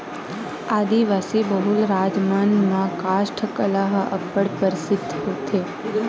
आदिवासी बहुल राज मन म कास्ठ कला ह अब्बड़ परसिद्ध होथे